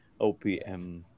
OPM